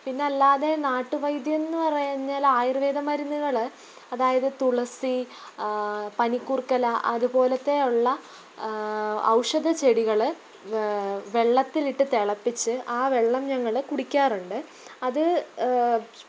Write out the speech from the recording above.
പിന്നെ അല്ലാതെ നാട്ടുവൈദ്യമെന്ന് പറഞ്ഞാൽ ആയുർവേദ മരുന്നുകൾ അതായത് തുളസി പനിക്കൂർക്ക ഇല അതുപോലെയുള്ള ഔഷധ ചെടികൾ വെള്ളത്തിൽ ഇട്ട് തിളപ്പിച്ച് ആ വെള്ളം ഞങ്ങൾ കുടിക്കാറുണ്ട് അത്